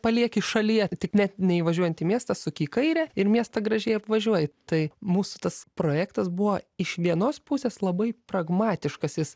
palieki šalyje tik net neįvažiuojant į miestą suki į kairę ir miestą gražiai apvažiuoji tai mūsų tas projektas buvo iš vienos pusės labai pragmatiškas jis